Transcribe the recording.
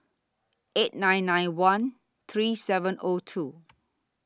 eight nine nine one three seven O two